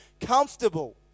comfortable